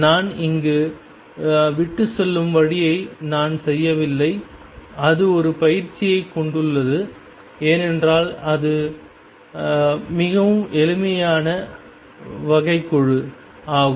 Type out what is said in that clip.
நான் இங்கு விட்டுச்செல்லும் வழியை நான் செய்யவில்லை அது ஒரு பயிற்சியை கொண்டுள்ளது ஏனென்றால் இது மிகவும் எளிமையான வகைக்கெழு ஆகும்